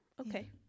okay